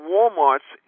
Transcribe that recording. Walmart's